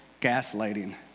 Gaslighting